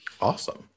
Awesome